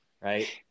right